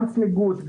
גם צמיגות,